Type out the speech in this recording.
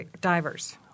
divers